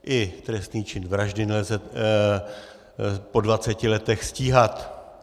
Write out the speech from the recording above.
I trestný čin vraždy nelze po dvaceti letech stíhat.